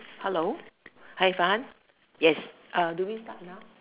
hello hi yes do we start now